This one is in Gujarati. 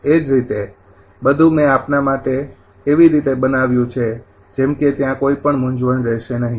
એ જ રીતે બધુ મે આપના માટે મે એવી રીતે બનાવ્યું છે જેમ કે ત્યાં કોઈ પણ મૂંઝવણ રહેશે નહીં